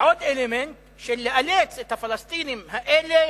עוד אלמנט של לאלץ את הפלסטינים האלה